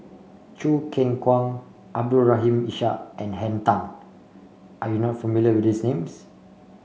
Choo Keng Kwang Abdul Rahim Ishak and Henn Tan are you not familiar with these names